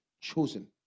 chosen